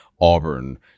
Auburn